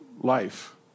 life